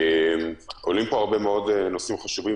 עולים פה הרבה מאוד נושאים חשובים,